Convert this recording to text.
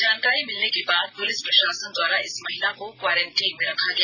जानकारी मिलने के बाद पुलिस प्रशासन द्वारा इस महिला को क्वॉरेंटीन में रखा गया